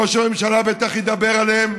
ראש הממשלה בטח ידבר עליהם.